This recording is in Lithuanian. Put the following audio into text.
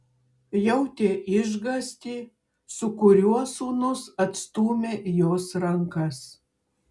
jautė išgąstį su kuriuo sūnus atstūmė jos rankas